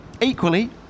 Equally